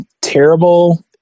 terrible